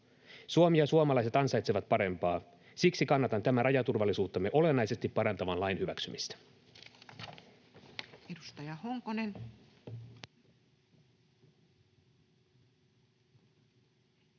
Suomi ja suomalaiset ansaitsevat parempaa. Siksi kannatan tämän rajaturvallisuuttamme olennaisesti parantavan lain hyväksymistä.